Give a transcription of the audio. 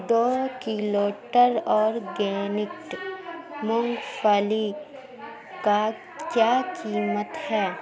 دو kilo ٹر اورکینکٹ مونگ پھلی کا کیا قیمت ہے